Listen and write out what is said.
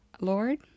Lord